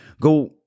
Go